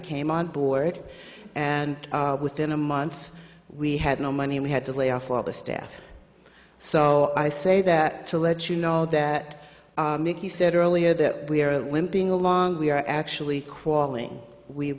came on board and within a month we had no money we had to lay off all the staff so i say that to let you know that mickey said earlier that we are limping along we are actually crawling we